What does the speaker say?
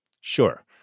Sure